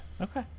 Okay